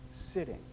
sitting